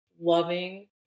loving